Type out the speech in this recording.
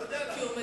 לא יודע למה.